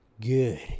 good